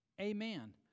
Amen